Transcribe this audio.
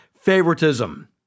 favoritism